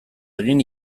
egin